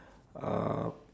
uh